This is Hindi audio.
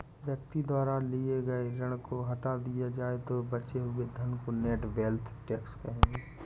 व्यक्ति द्वारा लिए गए ऋण को हटा दिया जाए तो बचे हुए धन को नेट वेल्थ टैक्स कहेंगे